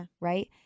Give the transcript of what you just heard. Right